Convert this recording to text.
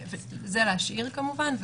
את זה להשאיר כמובן,